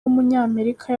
w’umunyamerika